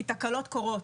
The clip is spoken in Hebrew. כי תקלות קורות,